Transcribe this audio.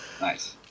nice